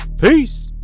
Peace